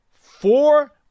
four